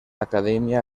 academia